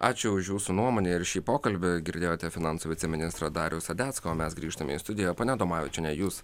ačiū už jūsų nuomonę ir šį pokalbį girdėjote finansų viceministrą darių sadecką o mes grįžtame į studiją ponia adomavičiene jūs